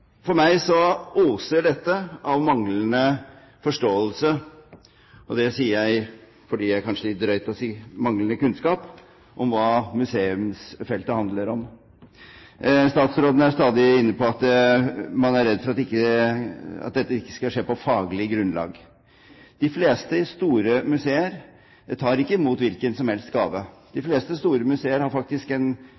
For meg oser dette av manglende forståelse. Det sier jeg fordi det kanskje er litt drøyt å si manglende kunnskap om hva museumsfeltet handler om. Statsråden er stadig inne på at man er redd for at dette ikke skal skje på faglig grunnlag. De fleste store museer tar ikke imot hvilken som helst gave. De